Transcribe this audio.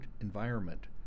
environment